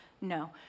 No